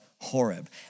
Horeb